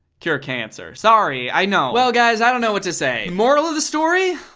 cure cancer. sorry, i know. well guys, i don't know what to say. moral of the story?